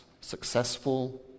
successful